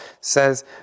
says